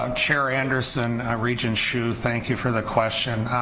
um chair anderson, regent hsu thank you for the question.